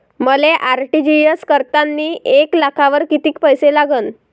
मले आर.टी.जी.एस करतांनी एक लाखावर कितीक पैसे लागन?